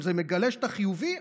אם זה מגלה שאתה חיובי,